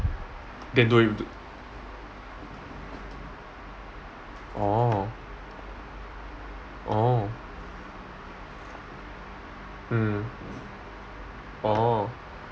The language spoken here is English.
then don't have t~ orh oh mm orh